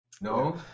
No